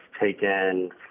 taken